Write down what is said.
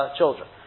children